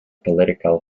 political